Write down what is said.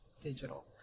digital